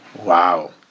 Wow